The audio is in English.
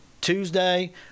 Tuesday